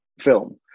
film